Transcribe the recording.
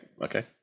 Okay